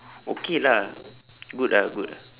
okay lah good ah good